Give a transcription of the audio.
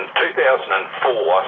2004